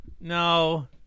No